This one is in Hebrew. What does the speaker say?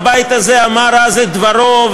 הבית הזה אמר אז את דברו,